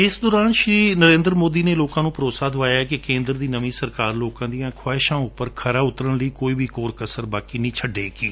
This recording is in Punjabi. ਇਸ ਦੌਰਾਨ ਸ਼ੀ ਨਰੇਂਦਰ ਮੋਦੀ ਨੇ ਲੋਕਾਂ ਨੂੰ ਭਰੋਸਾ ਦਵਾਇਐ ਕਿ ਕੇਂਦਰ ਦੀ ਨਵੀਨ ਸਰਕਾਰ ਲੋਕਾਂ ਦੀਆਂ ਖਵਾਹਿਸ਼ਾਂ ਉਂਪਰ ਖਰਾ ਉਤਰਣ ਲਈ ਕੋਈ ਵੀ ਕੋਰ ਕਸਰ ਨਹੀ ਛੱਡੇਗੀ